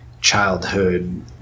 childhood